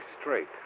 straight